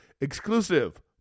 Exclusive